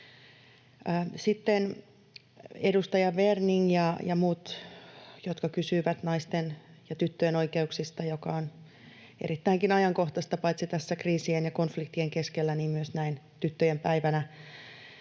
Sitten edustaja Werning ja muut, jotka kysyivät naisten ja tyttöjen oikeuksista, jotka ovat erittäinkin ajankohtaisia paitsi tässä kriisien ja konfliktien keskellä myös näin tyttöjen päivänä.